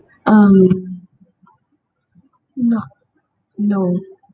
um not no